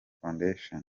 foundation